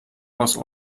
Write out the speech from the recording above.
aus